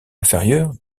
inférieur